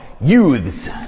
youths